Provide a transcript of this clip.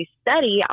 study